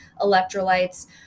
electrolytes